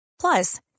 Plus